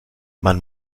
man